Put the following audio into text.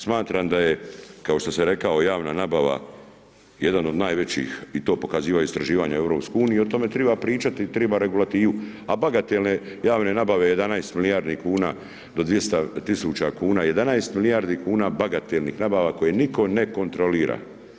Smatram da je, kao što sam rekao, javna nabava jedan od najvećih i to pokaziva istraživanje EU i o tome treba pričati i treba regulativu, a bagatelne javne nabave, 11 milijardi kuna, do 200 tisuća kuna, 11 milijardi kuna bagatelnih nabava koje nitko ne kontrolira.